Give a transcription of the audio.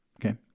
Okay